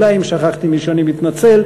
אולי אם שכחתי מישהו אני מתנצל,